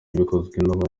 bikozwe